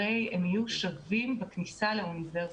הרי שהם יהיו שווים בכניסה לאוניברסיטה.